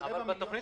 אחרי התוכנית